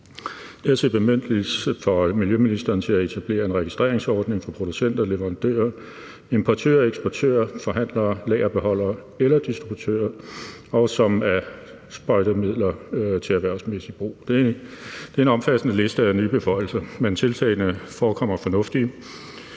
der bemyndigelse for miljøministeren til at etablere en registreringsordning for producenter, leverandører, importører, eksportører, forhandlere, lagerbeholdere eller distributører af sprøjtemidler til erhvervsmæssig brug. Det er en omfattende liste af nye beføjelser, men tiltagene forekommer fornuftige.